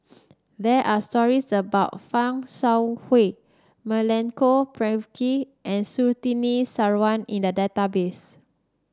there are stories about Fan Shao Hua Milenko Prvacki and Surtini Sarwan in the database